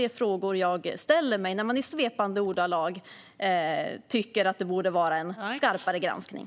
Det är frågor jag ställer mig när man i svepande ordalag hävdar att det borde vara en skarpare granskning.